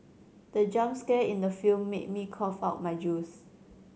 the jump scare in the film made me cough out my juice